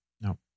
No